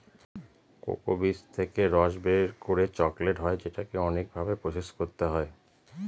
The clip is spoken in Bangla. কোকো বীজ থেকে রস বের করে চকলেট হয় যেটাকে অনেক ভাবে প্রসেস করতে হয়